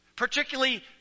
particularly